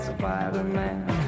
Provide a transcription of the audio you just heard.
Spider-Man